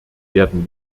werden